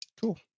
Cool